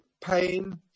pain